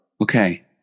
Okay